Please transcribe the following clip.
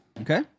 Okay